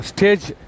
Stage